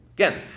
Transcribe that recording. Again